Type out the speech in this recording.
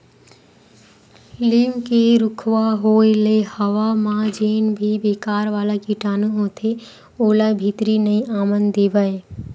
लीम के रूखवा होय ले हवा म जेन भी बेकार वाला कीटानु होथे ओला भीतरी नइ आवन देवय